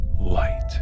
light